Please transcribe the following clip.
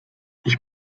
ich